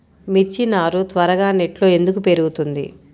మిర్చి నారు త్వరగా నెట్లో ఎందుకు పెరుగుతుంది?